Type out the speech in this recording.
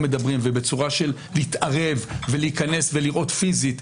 מדברים ובצורה של להתערב ולהיכנס ולראות פיזית,